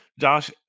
josh